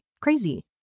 Crazy